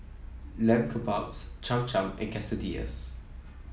Lamb Kebabs Cham Cham and Quesadillas